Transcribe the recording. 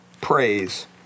praise